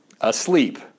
asleep